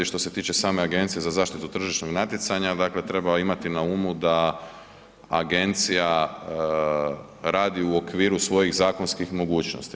Što se tiče same Agencije za zaštitu tržišnog natjecanja dakle treba imati na umu da agencija radi u okviru svojih zakonskih mogućnosti.